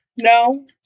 no